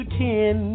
ten